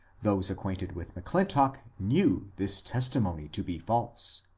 those acquainted with m'clin tock knew this testimony to be false,